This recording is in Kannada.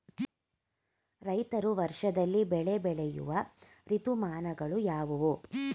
ರೈತರು ವರ್ಷದಲ್ಲಿ ಬೆಳೆ ಬೆಳೆಯುವ ಋತುಮಾನಗಳು ಯಾವುವು?